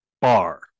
bar